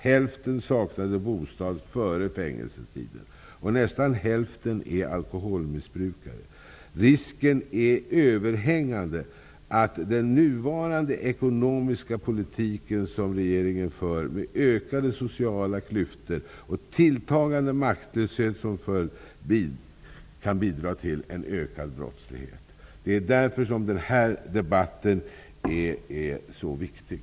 Hälften saknade bostad före fängelsetiden och nästan hälften är alkoholmissbrukare. Risken är överhängande att den ekonomiska politik som regeringen nu för med ökade sociala klyftor och en tilltagande maktlöshet som följd kan bidra till en ökad brottslighet. Därför är den här debatten så viktig.